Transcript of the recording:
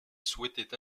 souhaitait